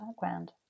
background